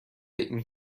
این